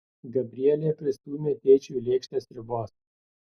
gabrielė pristūmė tėčiui lėkštę sriubos